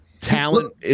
talent